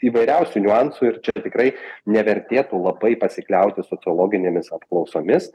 įvairiausių niuansų ir čia tikrai nevertėtų labai pasikliauti sociologinėmis apklausomis